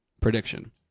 prediction